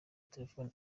telefone